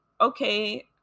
okay